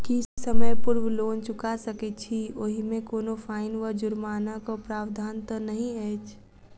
की समय पूर्व लोन चुका सकैत छी ओहिमे कोनो फाईन वा जुर्मानाक प्रावधान तऽ नहि अछि?